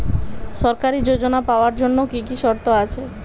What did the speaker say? সরকারী যোজনা পাওয়ার জন্য কি কি শর্ত আছে?